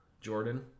Jordan